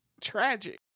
tragic